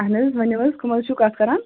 اَہن حظ ؤنِو حظ کَم حظ چھُو کَتھ کَران